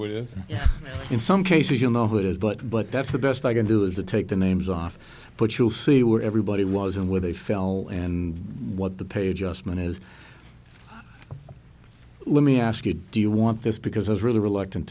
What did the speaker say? with it in some cases you know who it is but but that's the best i can do is to take the names off but you see where everybody was and where they fell and what the pay just man is let me ask you do you want this because i was really reluctant